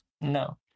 no